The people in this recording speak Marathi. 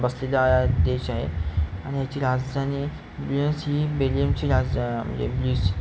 बसलेला देश आहे आणि ह्याची राजधानी ब्रियस ही बेलियमची राज म्हणजे ब्रिस